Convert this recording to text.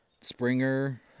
Springer